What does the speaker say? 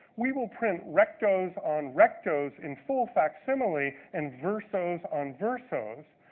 we will print rectos on rectos, in full facsimile, and versos on versos,